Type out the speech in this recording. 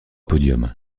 podiums